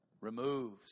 Removes